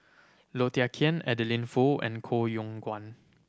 Low Thia Khiang Adeline Foo and Koh Yong Guan